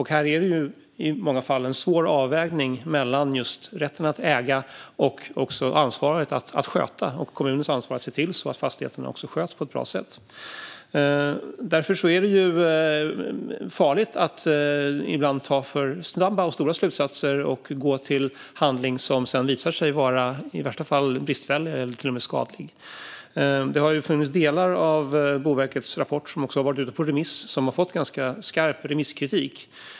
Här är det i många fall en svår avvägning mellan rätten att äga och kommunens ansvar att se till att fastigheterna sköts på ett bra sätt. Därför är det farligt att dra alltför snabba och stora slutsatser och gå till handling som i värsta fall visar sig vara bristfällig eller till och med skadlig. Delar av Boverkets rapport har varit ute på remiss och har fått ganska skarp remisskritik.